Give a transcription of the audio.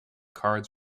cards